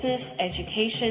education